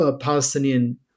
Palestinian